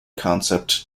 concept